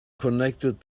connected